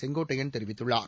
செங்கோட்டையன் தெரிவித்துள்ளார்